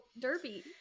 derby